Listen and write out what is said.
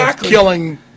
killing